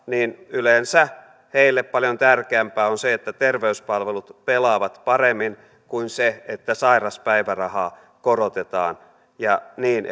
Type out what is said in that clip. niin yleensä heille paljon tärkeämpää on se että terveyspalvelut pelaavat paremmin kuin se että sairauspäivärahaa korotetaan ja niin